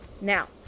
Now